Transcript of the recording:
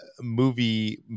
movie